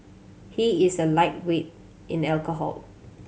he is a lightweight in alcohol